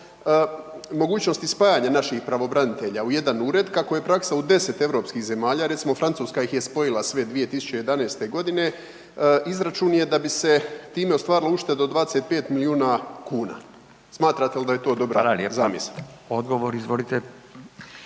mogućnosti spajanja naših pravobranitelja u jedan Ured kako je praksa u deset europskih zemalja, recimo Francuska ih je spojila sve 2011.-te godine, izračun je da bi se time ostvarilo uštedu od 25 milijuna kuna. Smatrate li da je to dobra zamisao? **Radin, Furio